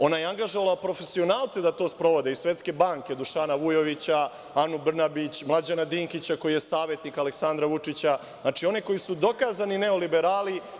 Ona je angažovala profesionalce da to sprovode i Svetske banke Dušana Vujovića, Anu Brnabić, Mlađana Dinkića, koji je savetnik Aleksandra Vučića, znači oni koji su dokazani neoliberali.